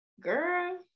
girl